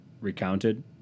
recounted